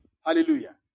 Hallelujah